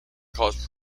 cause